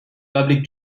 public